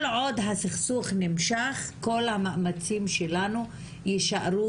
כל עוד הסכסוך נמשך כל המאמצים שלנו יישארו